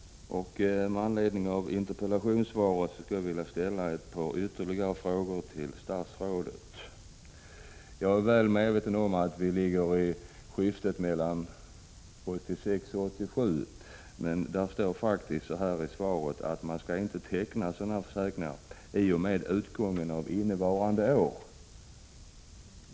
Med anledning av interpellationssvaret vill jag ställa ytterligare ett par frågor till statsrådet. Jag är väl medveten om att vi nu befinner oss i skiftet mellan 1986 och 1987, men det står i svaret att sådana här försäkringar inte skall tecknas ”i och med utgången av innevarande år”.